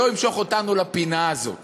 שלא ימשוך אותנו לפינה הזאת